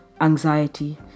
anxiety